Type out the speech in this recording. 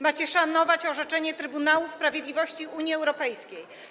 Macie szanować orzeczenie Trybunału Sprawiedliwości Unii Europejskiej.